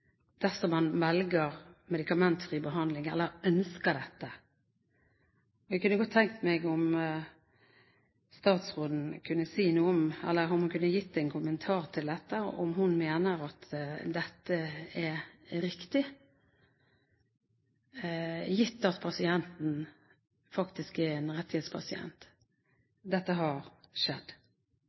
dersom man ønsker medikamentfri behandling. Jeg kunne godt tenke meg at statsråden ga en kommentar til dette, om hun mener at dette er riktig, gitt at pasienten faktisk er en rettighetspasient. Dette har skjedd.